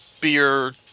beer